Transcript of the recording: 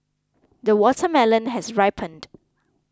the watermelon has ripened